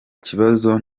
kibazo